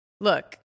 Look